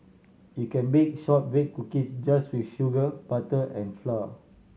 you can bake shortbread cookies just with sugar butter and flour